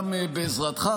גם בעזרתך,